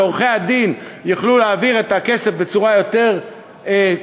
שעורכי-הדין יוכלו להעביר את הכסף בצורה יותר קלה,